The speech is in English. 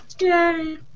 Yay